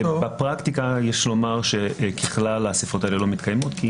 בפרקטיקה יש לומר שככלל האסיפות האלה לא מתקיימות כי